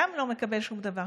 גם לא מקבל שום דבר.